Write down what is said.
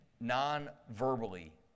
non-verbally